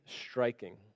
striking